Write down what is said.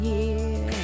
Year